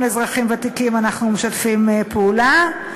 לאזרחים ותיקים אנחנו משתפים פעולה,